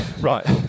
Right